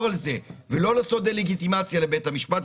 על היכולת הזו ולא לעשות דה-לגיטימציה לבית המשפט,